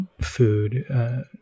food